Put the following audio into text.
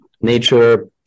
Nature